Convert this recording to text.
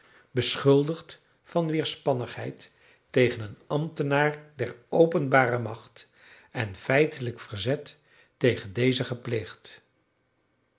beschuldigd van weerspannigheid tegen een ambtenaar der openbare macht en feitelijk verzet tegen dezen gepleegd